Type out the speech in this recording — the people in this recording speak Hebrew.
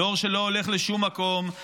דור שלא הולך לשום מקום,